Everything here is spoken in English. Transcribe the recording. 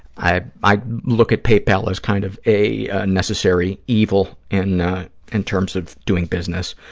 i i look at paypal as kind of a necessary evil in and terms of doing business.